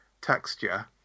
texture